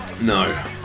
No